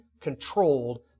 controlled